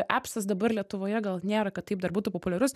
epsas dabar lietuvoje gal nėra kad taip dar būtų populiarus